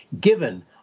given